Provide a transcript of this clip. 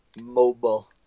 Mobile